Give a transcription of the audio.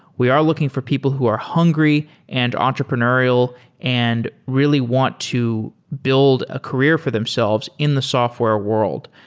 we are looking for people who are hungry and entrepreneurial and really want to build a career for themselves in the software world.